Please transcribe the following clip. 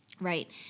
right